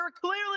clearly